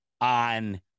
on